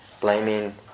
Blaming